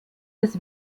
des